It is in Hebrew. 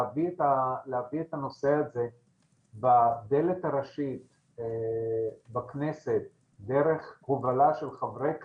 להביא את הנושא הזה בדלת הראשית בכנסת דרך הובלה של חברי כנסת,